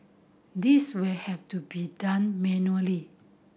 this will have to be done manually